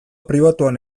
pribatuan